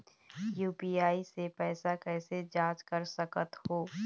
UPI से पैसा कैसे जाँच कर सकत हो?